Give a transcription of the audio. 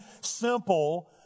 simple